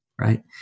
right